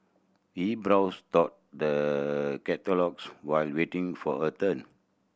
she browsed through the catalogues while waiting for her turn